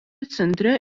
centre